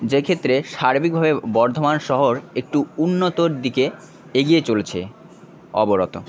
যে ক্ষেত্রে সার্বিকভাবে বর্ধমান শহর একটু উন্নতর দিকে এগিয়ে চলেছে অবরত